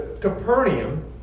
Capernaum